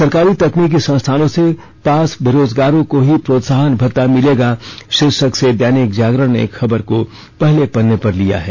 सरकारी तकनीकी संस्थानों से पास बेरोजगारों को ही प्रोत्साहन भत्ता मिलेगा शीर्षक से दैनिक जागरण ने खबर को पहले पन्ने पर लिया है